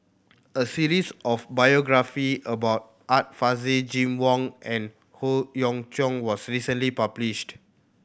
a series of biography about Art Fazil Jim Wong and Howe Yoon Chong was recently published